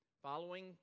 following